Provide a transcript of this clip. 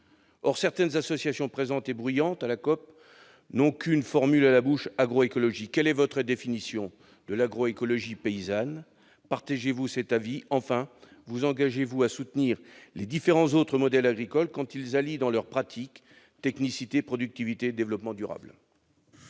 Or certaines associations présentes et bruyantes lors de la COP n'ont qu'une formule à la bouche : agroécologie paysanne. Quelle est votre définition de l'agroécologie paysanne ? Partagez-vous cet avis ? Enfin, vous engagez-vous à soutenir les différents autres modèles agricoles quand ils allient dans leurs pratiques technicité, productivité et développement durable ?